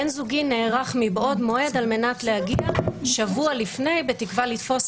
בן זוגי נערך מבעוד מועד על מנת להגיע שבוע לפני בתקווה לתפוס